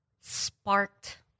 sparked